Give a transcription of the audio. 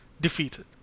defeated